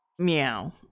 Meow